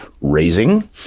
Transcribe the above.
raising